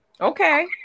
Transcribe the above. Okay